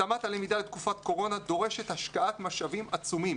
התאמת הלמידה לתקופת קורונה דורשת השקעת משאבים עצומים